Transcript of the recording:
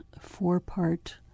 four-part